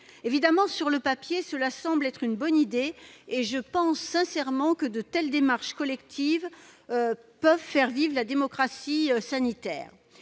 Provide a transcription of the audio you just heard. Évidemment, sur le papier, l'idée paraît bonne. Je pense sincèrement que de telles démarches collectives peuvent faire vivre la démocratie sanitaire.